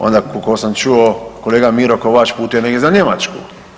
Onda koliko sam čuo kolega Miro Kovač putuje negdje za Njemačku.